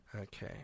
Okay